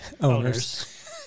owners